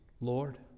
Lord